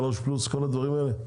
שלוש פלוס כל הדברים האלה?